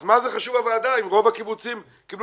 אז מה זה חשוב הוועדה אם רוב הקיבוצים קיבלו